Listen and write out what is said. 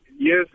Yes